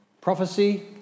prophecy